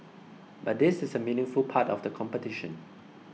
but this is a meaningful part of the competition